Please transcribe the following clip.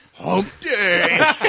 Okay